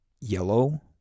Yellow